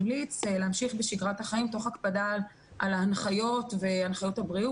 המליץ להמשיך בשגרת החיים תוך הקפדה על ההנחיות הבריאות,